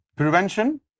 Prevention